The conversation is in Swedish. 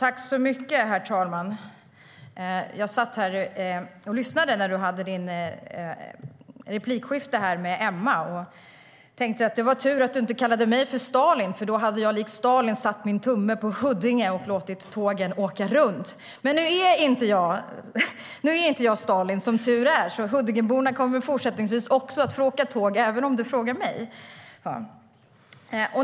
Herr talman! Jag satt och lyssnade när Erik hade sitt replikskifte med Emma. Jag tänkte att det var tur att du inte kallade mig för Stalin, för då hade jag likt Stalin satt min tumme på Huddinge och låtit tågen åka runt. Men nu är jag inte Stalin, som tur är, så Huddingeborna kommer också fortsättningsvis att få åka tåg även om jag får råda.